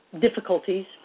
difficulties